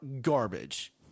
garbage